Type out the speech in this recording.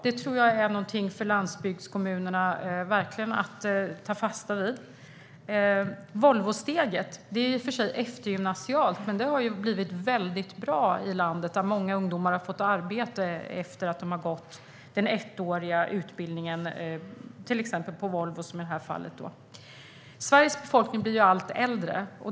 Det tror jag är någonting för landsbygdskommunerna att verkligen ta fasta på. Volvosteget är i och för sig eftergymnasialt. Men det har blivit väldigt bra i landet. Många ungdomar har fått arbete efter att de har gått den ettåriga utbildningen till exempel på Volvo, som i det här fallet. Sveriges befolkning blir allt äldre.